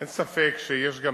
אין ספק שיש גם,